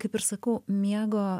kaip ir sakau miego